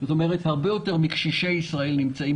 כלומר הרבה יותר מקשישי ישראל נמצאים